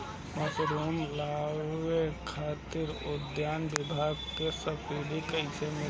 Mushroom लगावे खातिर उद्यान विभाग से सब्सिडी कैसे मिली?